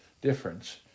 difference